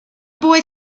boy